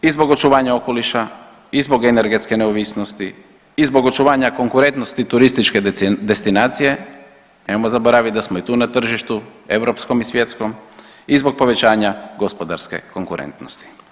I zbog očuvanja okoliša i zbog energetske neovisnosti i zbog očuvanja konkurentnosti turističke destinacije, nemojmo zaboraviti da smo i tu na tržištu, europskom i svjetskom i zbog povećanja gospodarske konkurentnosti.